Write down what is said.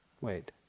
wait